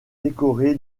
décoré